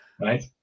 Right